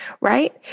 right